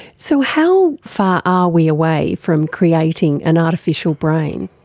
so how far are we away from creating an artificial brain?